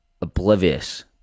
oblivious